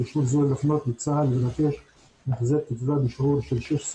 טעו ולא חטאו והרשויות גם הסתמכו על החלטות ואני חושב שאנשי